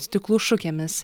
stiklų šukėmis